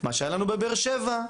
מה שהיה לנו בבאר שבע,